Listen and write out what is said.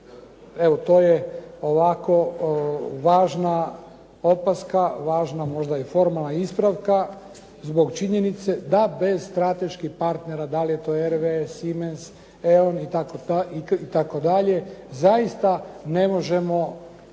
Evo to je ovako važna opaska, važna možda i formalna ispravka zbog činjenice da bez strateških partnera, da li je to RV, Siemens, Eon itd., zaista ne možemo